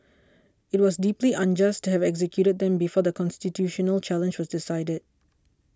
it was deeply unjust to have executed them before the constitutional challenge was decided